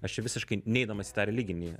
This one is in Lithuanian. aš čia visiškai neidamas į tą religinį